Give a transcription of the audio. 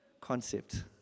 concept